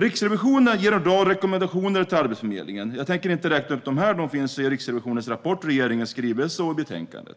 Riksrevisionen ger en rad rekommendationer till Arbetsförmedlingen som jag inte tänker räkna upp här, men de återges i Riksrevisionens rapport, i regeringens skrivelse och i betänkandet. Herr